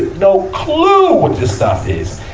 no clue what this stuff is.